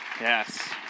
Yes